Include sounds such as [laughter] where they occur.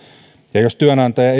ja jos työnantaja [unintelligible]